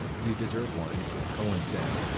you deserve one, cohen said.